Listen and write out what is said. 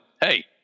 hey